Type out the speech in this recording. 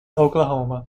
oklahoma